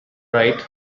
right